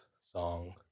song